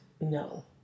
No